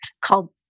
called